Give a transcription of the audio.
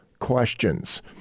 questions